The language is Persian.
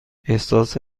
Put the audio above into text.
احساس